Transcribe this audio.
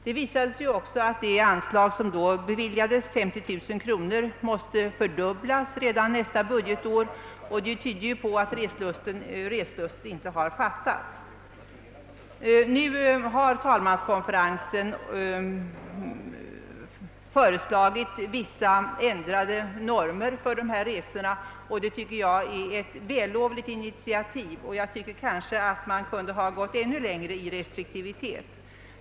Det visade sig också att det anslag som då beviljades, 50 000 kronor, redan nästa budgetår måste fördubblas, och det tyder på att reslusten inte har fattats. Talmanskonferensen har föreslagit vissa ändrade normer för dessa resor, och det tycker jag är ett vällovligt initiativ. Man kunde kanske ha gått ännu längre i restriktivitet.